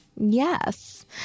Yes